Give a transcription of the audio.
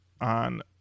on